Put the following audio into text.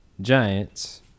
Giants